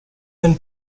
one